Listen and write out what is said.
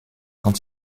quand